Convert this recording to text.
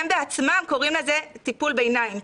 הם בעצמם קוראים לזה טיפול ביניים,